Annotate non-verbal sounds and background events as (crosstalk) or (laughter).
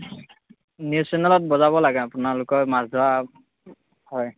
(unintelligible) news চেনেলত বজাব লাগে আপোনালোক মাছ ধৰা হয়